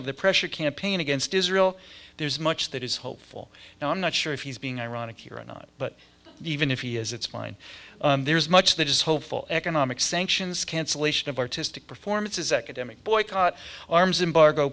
of the pressure campaign against israel there's much that is hopeful now i'm not sure if he's being ironic here i'm not but even if he is it's mine there's much that is hopeful economic sanctions cancellation of artistic performances academic boycott arms embargo